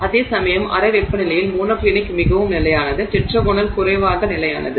அதனால் அதேசமயம் அறை வெப்பநிலையில் மோனோக்ளினிக் மிகவும் நிலையானது டெட்ராகோனல் குறைவாக நிலையானது